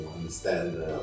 understand